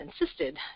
insisted